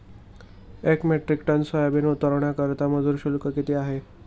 एक metric tonne soybean उतरवण्याकरता मजूर शुल्क किती आहे?